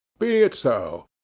be it so.